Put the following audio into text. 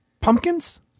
pumpkins